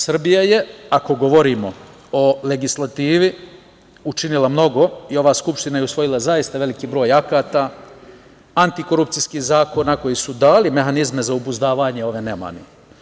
Srbija je, ako govorimo o legislativi, učinila mnogo i ova Skupština je usvojila zaista veliki broj akata, antikorupcijskih zakona koji su dali mehanizme za obuzdavanje ove nemani.